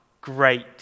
great